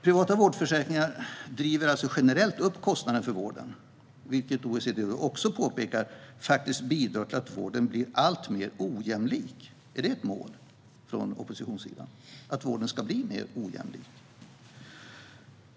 Privata vårdförsäkringar driver generellt upp kostnaderna för vården, vilket OECD också påpekar bidrar till att vården blir alltmer ojämlik. Är det ett mål för oppositionssidan att vården ska bli mer ojämlik?